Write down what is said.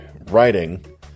writing